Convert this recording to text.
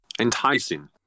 Enticing